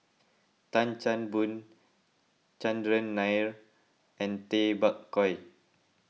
Tan Chan Boon Chandran Nair and Tay Bak Koi